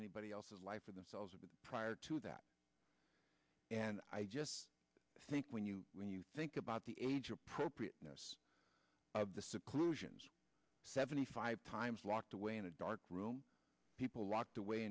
anybody else's life or themselves of prior to that and i just think when you when you think about the age appropriateness of the seclusion seventy five times locked away in a dark room people locked away